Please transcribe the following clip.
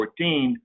2014